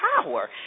power